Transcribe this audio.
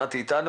נתי איתנו?